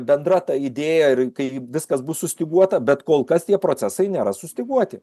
bendra ta idėja ir kai viskas bus sustyguota bet kol kas tie procesai nėra sustyguoti